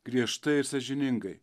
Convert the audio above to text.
griežtai ir sąžiningai